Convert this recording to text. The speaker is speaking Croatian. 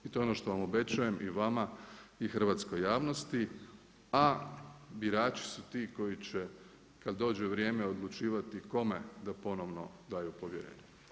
I to je ono što vam obećavam i vama i hrvatskoj javnosti a birači su ti koji će kada dođe vrijeme odlučivati kome da ponovno daju vrijeme.